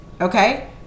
Okay